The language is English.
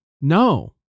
no